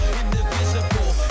indivisible